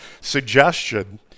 suggestion